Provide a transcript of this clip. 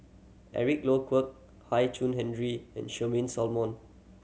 Eric Low Kwek Hian Chuan Henry and Charmaine Solomon